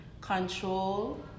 control